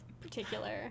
particular